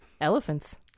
Elephants